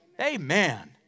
Amen